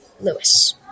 Lewis